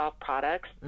products